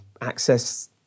access